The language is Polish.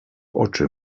oczy